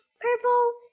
purple